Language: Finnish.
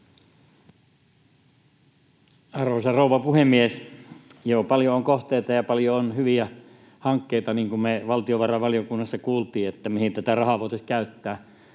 Arvoisa rouva puhemies! Paljon on kohteita ja paljon on hyviä hankkeita, niin kuin me valtiovarainvaliokunnassa kuultiin, mihin tätä rahaa voitaisiin käyttää.